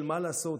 מה לעשות,